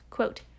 Quote